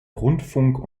rundfunk